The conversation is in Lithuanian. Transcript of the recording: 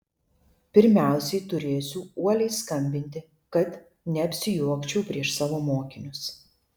pirmiausiai turėsiu uoliai skambinti kad neapsijuokčiau prieš savo mokinius